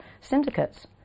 syndicates